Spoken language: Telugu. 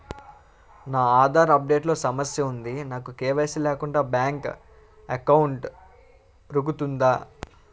నా ఆధార్ అప్ డేట్ లో సమస్య వుంది నాకు కే.వై.సీ లేకుండా బ్యాంక్ ఎకౌంట్దొ రుకుతుందా?